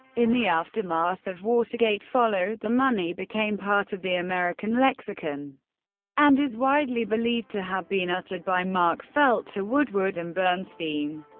in the aftermath of watergate, follow the money became part of the american lexicon and is widely believed to have been uttered by mark felt to woodward and bernstein.